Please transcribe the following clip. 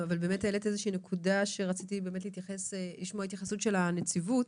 אבל באמת העלית איזושהי נקודה שרציתי לשמוע התייחסות של הנציבות.